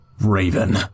Raven